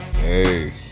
Hey